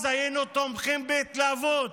אז היינו תומכים בהתלהבות.